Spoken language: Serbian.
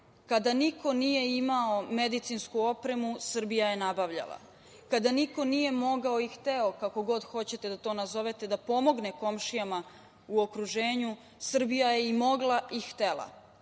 Kada niko nije imao medicinsku opremu, Srbija je nabavljala. Kada niko nije mogao i hteo, kako god hoćete da to nazove, da pomogne komšijama u okruženju, Srbija je i mogla i htela.